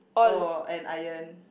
oh and iron